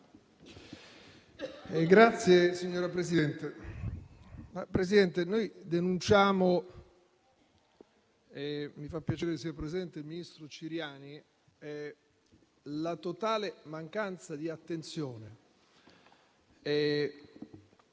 Signora Presidente, noi denunciamo - e mi fa piacere che sia presente il ministro Ciriani - la totale mancanza di attenzione